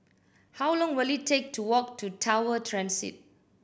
how long will it take to walk to Tower Transit